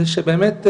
זה שבאמת,